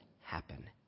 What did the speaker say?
happen